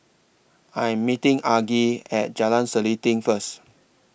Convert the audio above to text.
I Am meeting Argie At Jalan Selanting First